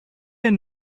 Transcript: had